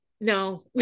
no